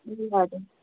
ए हजुर